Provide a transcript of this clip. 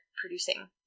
producing